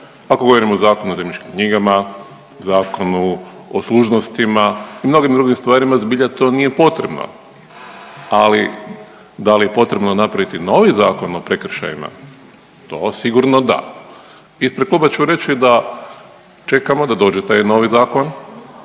ako govorimo o zakonu o zemljišnim knjigama, zakonu o služnostima i mnogim drugim stvarima, zbilja to nije potrebno, ali da li je potrebno napraviti novi zakon o prekršajima? To sigurno da. Ispred kluba ću reći da čekamo da dođe taj novi zakon,